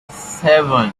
seven